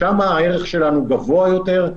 שם הערך שלנו גבוה יותר,